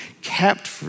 kept